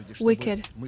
wicked